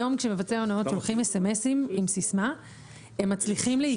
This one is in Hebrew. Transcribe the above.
היום כשמבצעי ההונאות שולחים S.M.S-ים עם סיסמה הם מצליחים להיכנס.